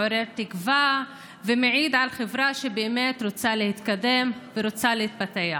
מעורר תקווה ומעיד על חברה שבאמת רוצה להתקדם ורוצה להתפתח.